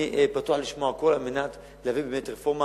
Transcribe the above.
אני פתוח לשמוע הכול על מנת להביא את הרפורמה